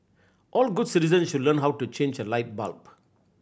all good citizens should learn how to change a light bulb